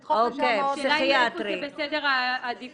נדחוף לשם עוד -- השאלה היא איפה זה בסדר העדיפויות.